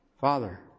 Father